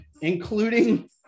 including